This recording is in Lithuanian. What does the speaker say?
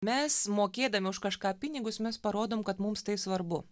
mes mokėdami už kažką pinigus mes parodom kad mums tai svarbu